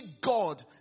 God